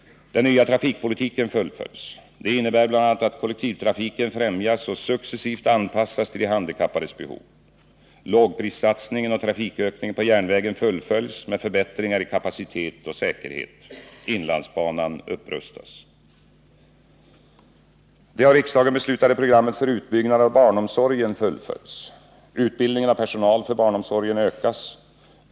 Den nya trafikpolitiken fullföljs. Det innebär bl.a. att kollektivtrafiken främjas och successivt anpassas till de handikappades behov. Lågprissatsningen och trafikökningen på järnvägen fullföljs med förbättringar i kapacitet och säkerhet. Inlandsbanan upprustas. Det av riksdagen beslutade programmet för utbyggnad av barnomsorgen fullföljs. Utbildningen av personal för barnomsorgen ökas.